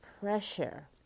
pressure